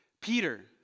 Peter